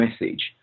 message